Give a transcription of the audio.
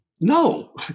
No